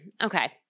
okay